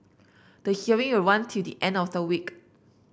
the hearing will run till the end of the week